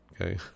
Okay